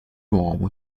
uomo